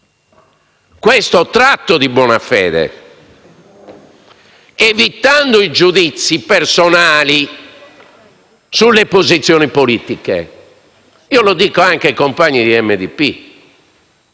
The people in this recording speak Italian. un tratto di buona fede ed evitando i giudizi personali sulle posizioni politiche. Mi rivolgo anche ai compagni di MDP